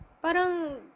parang